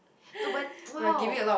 no but !wow!